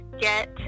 get